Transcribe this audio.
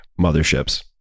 motherships